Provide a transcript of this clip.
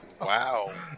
Wow